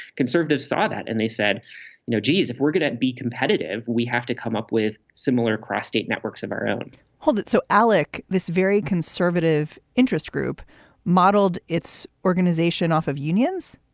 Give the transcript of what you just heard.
conservatives saw that and they said, you know, geez, if we're going to be competitive, we have to come up with similar cross-state networks of our own hold it. so, alec, this very conservative interest group modeled its organization off of unions